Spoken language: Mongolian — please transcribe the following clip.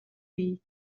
бий